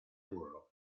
burro